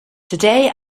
today